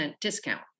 discount